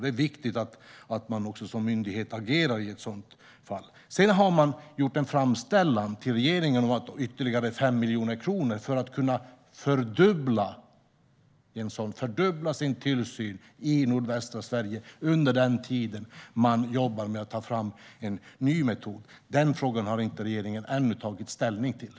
Det är viktigt att man som myndighet agerar i ett sådant fall. Sedan har man gjort en framställan till regeringen om ytterligare 5 miljoner kronor för att kunna fördubbla sin tillsyn i nordvästra Sverige under den tid man jobbar med att ta fram en ny metod. Den frågan har regeringen ännu inte tagit ställning till.